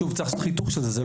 שוב, צריך לעשות חיתוך של זה.